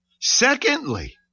Secondly